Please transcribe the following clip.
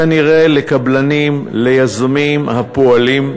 כנראה לקבלנים, ליזמים הפועלים,